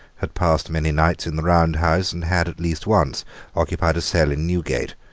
had passed many nights in the round house, and had at least once occupied a cell in newgate.